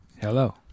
Hello